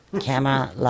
Camera